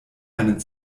einen